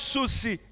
Susi